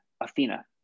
Athena